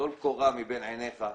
טלו קורה מבין עיניכם.